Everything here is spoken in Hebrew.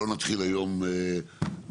לא נתחיל היום בהקראה,